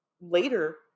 Later